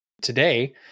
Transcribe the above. today